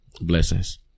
Blessings